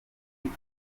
ifu